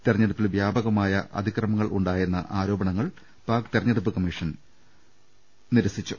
തെരഞ്ഞെടുപ്പിൽ വ്യാപകമായ അതിക്രമങ്ങൾ ഉണ്ടായെന്ന ആരോപണങ്ങൾ പാക് തെരഞ്ഞെടുപ്പ് കമ്മീ ഷൻ നിരസിച്ചു